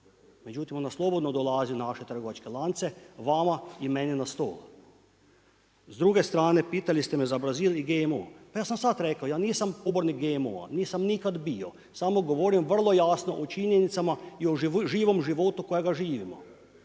Međutim, ona slobodno dolazi u naše trgovačke lance, vama i meni na stol. S druge strne pitali ste me za Brazil i GMO. Pa ja sam sad rekao, ja nisam pobornik GMO-a, nisam nikad bio, samo govorim vrlo jasno o činjenicama i o živom životu kojega živimo.